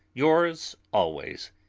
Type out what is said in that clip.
yours always,